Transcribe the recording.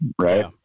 Right